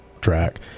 track